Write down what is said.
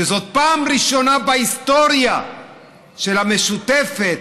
שזאת פעם ראשונה בהיסטוריה של המשותפת,